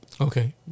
Okay